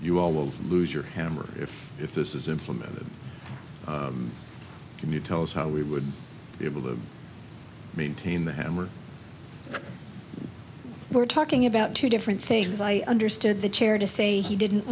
will lose your hammer if if this is implemented can you tell us how we would be able to maintain the hammer we're talking about two different things i understood the chair to say he didn't